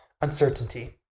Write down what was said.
uncertainty